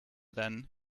then